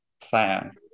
plan